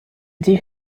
die